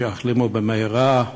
שיחלימו במהרה,